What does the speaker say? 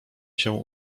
się